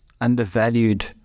undervalued